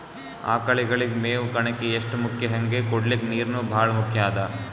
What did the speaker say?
ಆಕಳಗಳಿಗ್ ಮೇವ್ ಕಣಕಿ ಎಷ್ಟ್ ಮುಖ್ಯ ಹಂಗೆ ಕುಡ್ಲಿಕ್ ನೀರ್ನೂ ಭಾಳ್ ಮುಖ್ಯ ಅದಾ